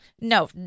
No